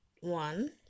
one